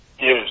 Yes